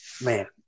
man